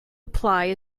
apply